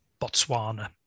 Botswana